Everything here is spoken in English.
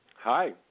Hi